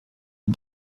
des